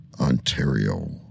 Ontario